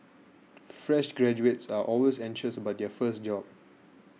fresh graduates are always anxious about their first job